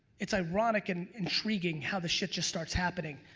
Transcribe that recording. it's ironic and intriguing how the shit just starts happening.